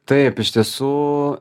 taip iš tiesų